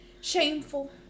shameful